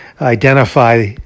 identify